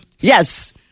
Yes